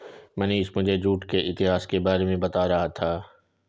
मनीष मुझे जूट के इतिहास के बारे में बता रहा था